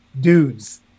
dudes